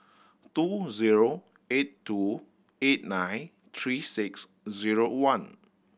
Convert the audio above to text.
two zero eight two eight nine three six zero one